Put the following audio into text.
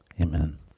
Amen